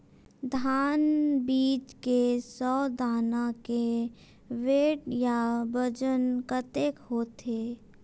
धान बीज के सौ दाना के वेट या बजन कतके होथे?